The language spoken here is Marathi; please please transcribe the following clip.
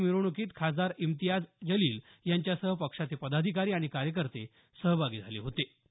यावेळी मिरवणुकीत खासदार इम्तियाज जलील यांच्यासह पक्षाचे पदाधिकारी आणि कार्यकर्ते सहभागी झाले होते